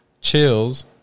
chills